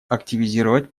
активизировать